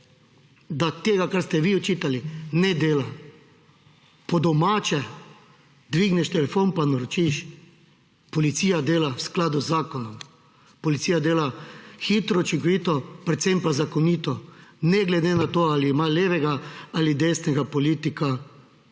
da tega, kar ste vi očitali, ne dela; po domače, dvigneš telefon in naročiš. Policija dela v skladu z zakonom. Policija dela hitro, učinkovito, predvsem pa zakonito, ne glede na to, ali ima levega ali desnega politika